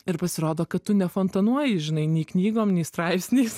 ir pasirodo kad tu nefontanuoji žinai nei knygom nei straipsniais